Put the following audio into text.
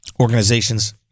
organizations